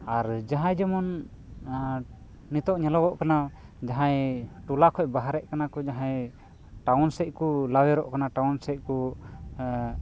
ᱟᱨ ᱡᱟᱦᱟᱸᱭ ᱡᱮᱢᱚᱱ ᱱᱤᱛᱚᱜ ᱧᱮᱞᱚᱜᱚᱜ ᱠᱟᱱᱟ ᱡᱟᱦᱟᱸᱭ ᱴᱚᱞᱟ ᱠᱷᱚᱱ ᱵᱟᱦᱨᱮᱜ ᱠᱟᱱᱟ ᱠᱚ ᱡᱟᱦᱟᱸᱭ ᱴᱟᱣᱩᱱ ᱥᱮᱫ ᱠᱚ ᱞᱟᱣᱮᱨᱚᱜ ᱠᱟᱱᱟ ᱴᱟᱣᱩᱱ ᱥᱮᱫ ᱠᱚ